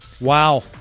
wow